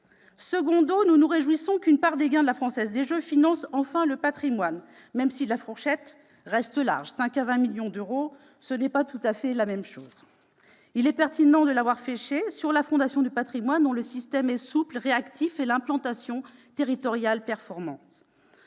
second lieu, nous nous réjouissons qu'une part des gains de la Française des jeux finance enfin le patrimoine, même si la fourchette reste large : 5 millions ou 20 millions d'euros, ce n'est pas tout à fait la même chose ! Il est pertinent d'avoir fléché cette participation vers la Fondation du patrimoine, dont le système est souple et réactif, et l'implantation territoriale performante.